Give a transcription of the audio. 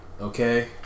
Okay